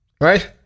Right